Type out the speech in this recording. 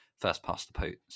first-past-the-post